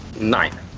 Nine